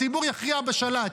הציבור יכריע בשלט.